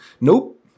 nope